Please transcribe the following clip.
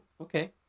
okay